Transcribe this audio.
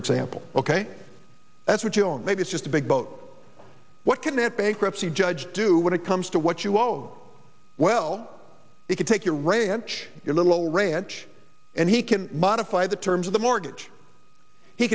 example ok that's what you want maybe it's just a big boat what can it bankruptcy judge do when it comes to what you own well if you take your ranch your little ranch and he can modify the terms of the mortgage he